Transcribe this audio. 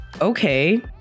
okay